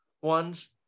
ones